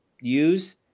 use